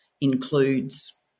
includes